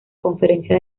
conferencia